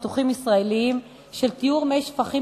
פיתוחים ישראליים של טיהור מי שפכים